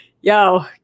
yo